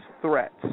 threats